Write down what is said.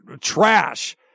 trash